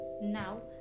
now